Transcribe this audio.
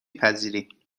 پذیریم